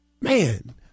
Man